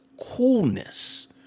coolness